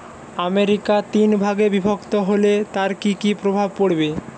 America তিন ভাগে বিভক্ত হলে তার কী কী প্রভাব পড়বে